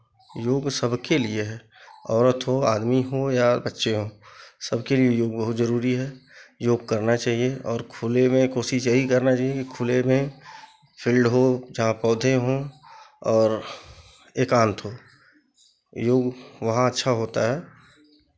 योग सबके लिए है औरत हो आदमी हों या बच्चे हों सबके लिए योग बहुत ज़रूरी है योग करना चाहिए और खुले में कोशिश यही करना चाहिए की खुले में फील्ड हो चाहे पौधे हों और एकांत हो योग वहाँ अच्छा होता है